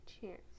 chance